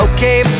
Okay